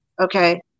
Okay